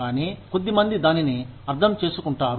కానీ కొద్దిమంది దానిని అర్థం చేసుకుంటారు